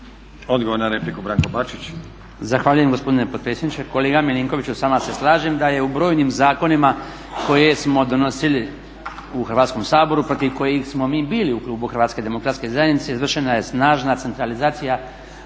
Odgovor na repliku Branko Bačić.